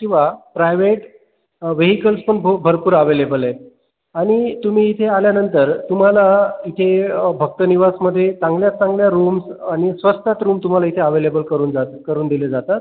किंवा private vehicles पण भ भरपूर ॲवेलेबल आहेत आणि तुम्ही इथे आल्यानंतर तुम्हाला इथे भक्तनिवासमध्ये चांगल्यात चांगल्या रूम्स् आणि स्वस्तात रूम तुम्हाला इथे ॲवेलेबल करून जा करून दिले जातात